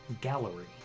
gallery